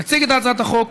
יציג את הצעת החוק,